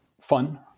fun